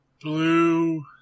Blue